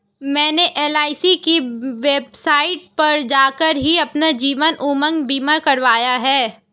मैंने एल.आई.सी की वेबसाइट पर जाकर ही अपना जीवन उमंग बीमा करवाया है